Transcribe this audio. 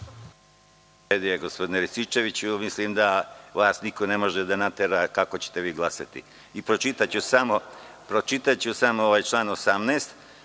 Hvala vam